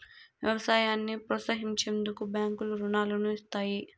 వ్యవసాయాన్ని ప్రోత్సహించేందుకు బ్యాంకులు రుణాలను ఇస్తాయి